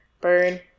Burn